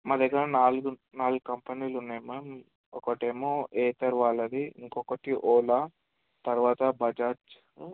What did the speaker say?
మా దగ్గర నాలుగు నాలుగు కంపెనీలు ఉన్నాయి మ్యామ్ ఒకటి ఏమో ఏసర్ వాళ్ళది ఇంకొక్కటి ఓలా తర్వాత బజాజ్